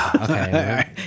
Okay